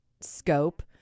scope